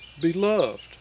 beloved